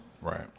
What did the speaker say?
Right